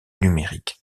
numérique